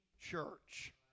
church